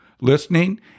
listening